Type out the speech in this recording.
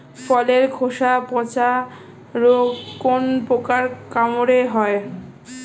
ফলের খোসা পচা রোগ কোন পোকার কামড়ে হয়?